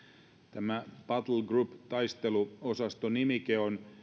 tämä battlegroup taisteluosasto nimike on